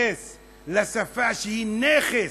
להתייחס לשפה, שהיא נכס?